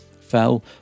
fell